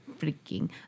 freaking